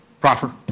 proffer